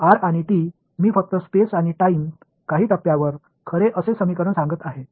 r மற்றும் t space மற்றும் நேரத்தின் ஒரு கட்டத்தில் உண்மை என்று சமன்பாட்டை நான் சொல்கிறேன்